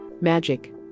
Magic